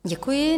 Děkuji.